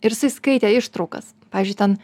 ir jisai skaitė ištraukas pavyzdžiui ten